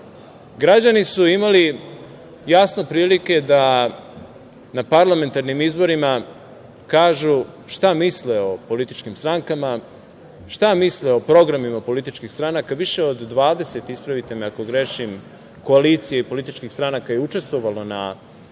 Građani su imali jasnu priliku da na parlamentarnim izborima kažu šta misle o političkim strankama, šta misle o programima političkih stranaka. Više od 20, ispravite me ako grešim, koalicija i političkih stranaka je učestvovalo na parlamentarnim